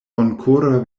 bonkora